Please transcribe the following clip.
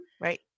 Right